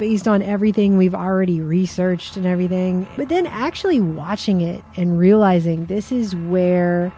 based on everything we've already researched and everything but then actually watching it and realizing this is where